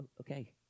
okay